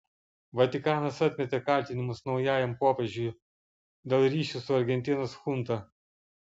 vatikanas atmetė kaltinimus naujajam popiežiui dėl ryšių su argentinos chunta